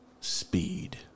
speed